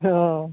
অঁ